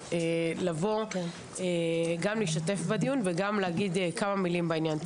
לבוא גם להשתתף בדיון וגם להגיד כמה מילים בעניין.